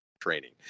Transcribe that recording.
Training